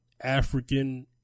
African